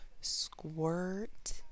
Squirt